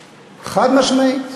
זה הדדי, חד-משמעית.